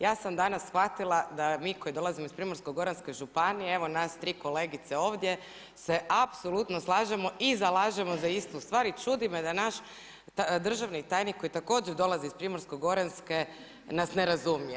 Ja sam danas shvatila da mi koji dolazimo iz Primorsko-goranske županije, evo nas tri kolegice ovdje se apsolutno slažemo i zalažemo za istu stvar i čudi me da naš državni tajnik koji također dolazi iz Primorsko-goranske nas ne razumije.